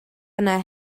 yna